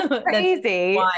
Crazy